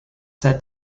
said